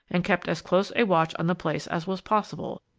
and kept as close a watch on the place as was possible,